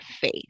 faith